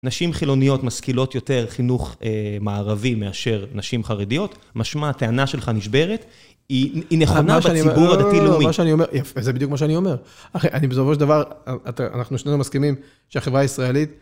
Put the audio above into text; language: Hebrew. נשים חילוניות משכילות יותר חינוך מערבי מאשר נשים חרדיות. משמע, הטענה שלך נשברת. היא נכונה בציבור הדתי-לאומי. זה בדיוק מה שאני אומר. אני בסופו של דבר, אנחנו שנינו מסכימים שהחברה הישראלית...